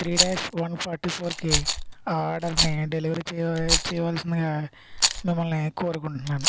three dash one forty ఫోర్కి ఆ ఆర్డర్ని డెలివరీ చేయి చేయవలసిందిగా మిమ్మల్ని కోరుకుంటున్నాను